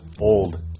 old